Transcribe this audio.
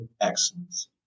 excellence